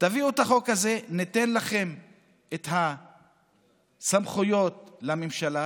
את החוק הזה וניתן לכם את הסמכויות לממשלה,